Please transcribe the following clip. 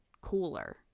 cooler